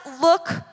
look